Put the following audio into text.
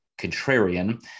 contrarian